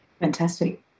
Fantastic